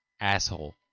Asshole